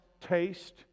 taste